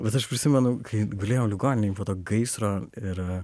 bet aš prisimenu kai gulėjau ligoninėj po to gaisro ir